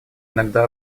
иногда